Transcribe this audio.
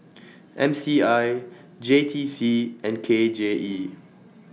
M C I J T C and K J E